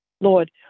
Lord